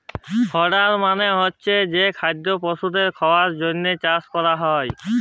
fodder মালে হচ্ছে যে খাদ্য পশুদের খাওয়ালর জন্হে চাষ ক্যরা হ্যয়